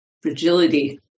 fragility